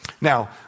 Now